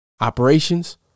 Operations